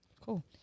Cool